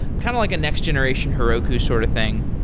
kind of like a next generation heroku sort of thing.